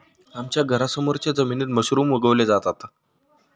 आमच्या घरासमोरच्या जमिनीत मशरूम उगवले जातात